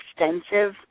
extensive